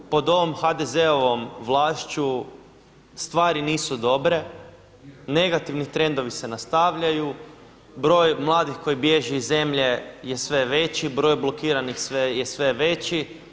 Pod ovom HDZ-ovom vlašću stvari nisu dobre, negativni trendovi se nastavljaju, broj mladih koji bježi iz zemlje je sve veći, broj blokiranih je sve veći.